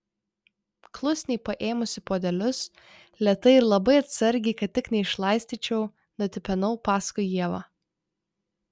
klusniai paėmusi puodelius lėtai ir labai atsargiai kad tik neišlaistyčiau nutipenau paskui ievą